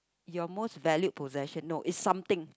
your most valued possession not it's something